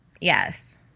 Yes